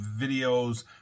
videos